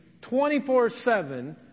24-7